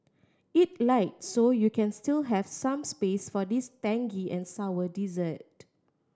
eat light so you can still have some space for this tangy and sour dessert